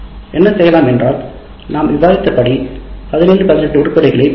இந்த என்ன செய்யலாம் என்றால் நாம் விவாதித்த படி 17 18 உருப்படிகளை பாருங்கள்